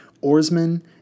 Oarsmen